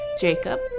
Jacob